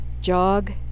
jog